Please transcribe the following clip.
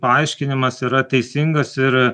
paaiškinimas yra teisingas ir